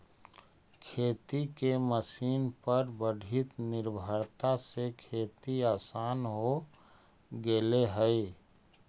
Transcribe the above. खेती के मशीन पर बढ़ीत निर्भरता से खेती आसान हो गेले हई